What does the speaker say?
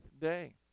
day